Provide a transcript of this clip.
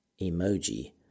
emoji